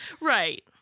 Right